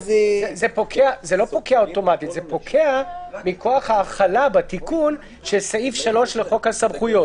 זה פוקע מכוח ההחלה של סעיף 3 לחוק הסמכויות.